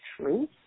truth